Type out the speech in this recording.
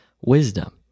wisdom